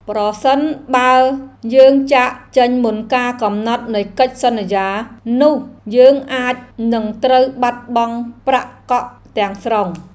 ប្រសិនបើយើងចាកចេញមុនកាលកំណត់នៃកិច្ចសន្យា នោះយើងអាចនឹងត្រូវបាត់បង់ប្រាក់កក់ទាំងស្រុង។